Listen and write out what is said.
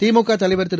திமுக தலைவர் திரு